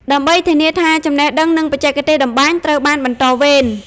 ដើម្បីធានាថាចំណេះដឹង និងបច្ចេកទេសតម្បាញត្រូវបានបន្តវេន។